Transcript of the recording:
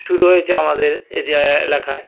শুরু হয়েছে আমাদের এরিয়ায় এলাকায়